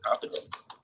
confidence